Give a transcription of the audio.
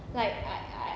like I I